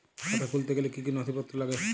খাতা খুলতে গেলে কি কি নথিপত্র লাগে?